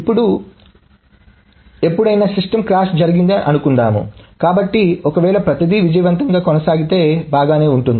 ఇప్పుడుఎప్పుడైనా system crash జరిగిందని అనుకుందాం కాబట్టి ఒకవేళ ప్రతిదీ విజయవంతంగా కొనసాగితే బాగానే ఉంటుంది